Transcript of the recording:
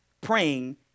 praying